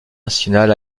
national